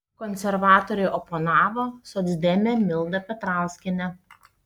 konservatoriui oponavo socdemė milda petrauskienė